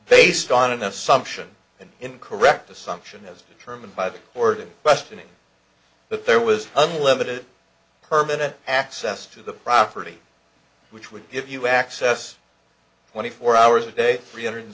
based on an assumption and incorrect assumption as determined by the order questioning that there was unlimited permanent access to the property which would give you access twenty four hours a day three hundred